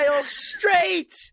straight